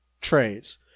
trays